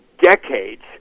decades